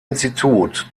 institut